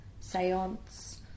Seance